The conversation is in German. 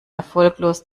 erfolglos